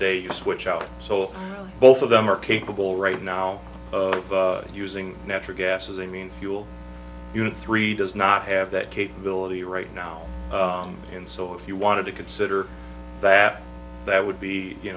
day you switch out so both of them are capable right now using natural gas as a mean fuel unit three does not have that capability right now and so if you wanted to consider that that would be you